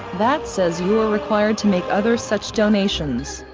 that says you are required to make other such donations.